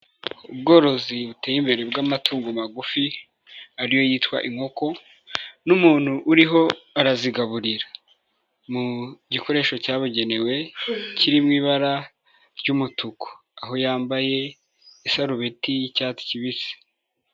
Ubworozi buteye imbere bw'amatungo magufi ari yo yitwa inkoko n'umuntu uriho arazigaburira mu gikoresho cyabugenewe kiri mu ibara ry'umutuku, aho yambaye isarubeti y'icyatsi kibisi.